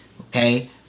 Okay